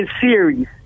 series